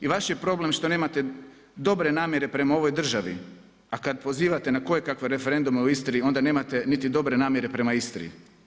I vaš je problem što nemate dobre namjere prema ovoj državi, a kada pozivate na kojekakve referendume u Istri onda nemate niti dobre namjere prema Istri.